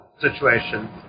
situation